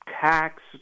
tax